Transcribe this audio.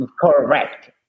Correct